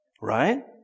Right